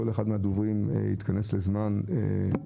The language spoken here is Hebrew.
שכל אחד מן הדוברים יתכנס לזמן קצר,